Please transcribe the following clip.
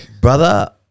brother